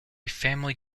family